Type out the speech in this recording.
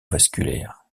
vasculaire